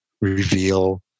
reveal